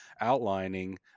outlining